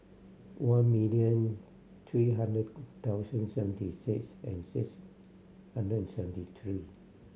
one million three hundred thousand seventy six and six hundred and seventy three